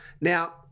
now